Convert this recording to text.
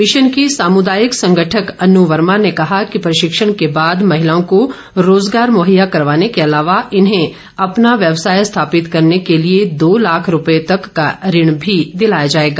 mission की सामुदायिक संगठक अनु वर्मा ने कहा कि प्रशिक्षण के बाद महिलाओं को रोजगार मुहैया करवाने के अलावा इन्हें अपना व्यवसाय स्थापित करने के लिए दो लाख रुपए तक का ऋण भी दिलाया जाएगा